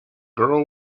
girl